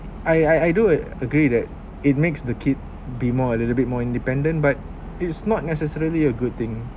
I I I do agree that it makes the kids be more a little bit more independent but it's not necessarily a good thing